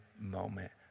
moment